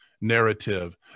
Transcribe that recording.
Narrative